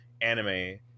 anime